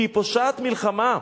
כי היא פושעת מלחמה.